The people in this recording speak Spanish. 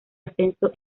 ascenso